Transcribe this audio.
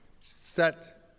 set